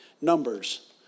Numbers